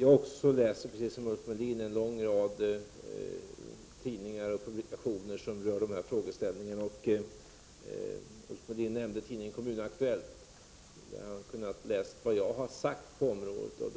Jag har precis som Ulf Melin läst en lång rad tidningar och publikationer som rör dessa frågeställningar. Ulf Melin nämnde tidningen Kommunaktuellt. Där har han kunnat läsa vad jag har sagt på området.